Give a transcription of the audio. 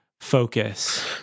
focus